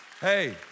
Hey